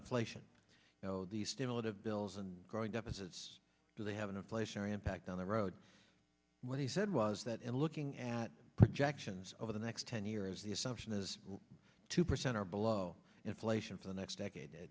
inflation you know these stimulative bills and growing deficits they have an inflationary impact on the road what he said was that in looking at projections over the next ten years the assumption is two percent or below inflation for the next decade